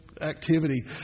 activity